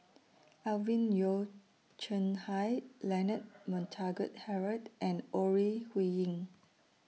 Alvin Yeo Khirn Hai Leonard Montague Harrod and Ore Huiying